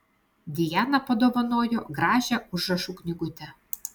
dijana padovanojo gražią užrašų knygutę